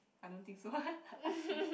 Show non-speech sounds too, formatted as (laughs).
I don't think so (laughs)